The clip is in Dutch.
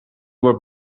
wordt